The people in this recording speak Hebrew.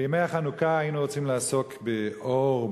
בימי החנוכה היינו רוצים לעסוק באור,